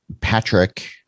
Patrick